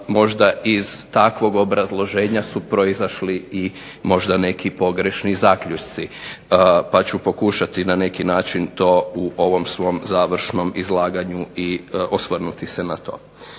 možda iz takvog obrazloženja su proizašli i možda neki pogrešni zaključci. Pa ću pokušati na neki način to u ovom svom završnom izlaganju i osvrnuti se na to.